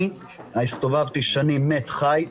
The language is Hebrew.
אני הסתובבתי שנים מת-חי,